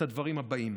את הדברים האלה: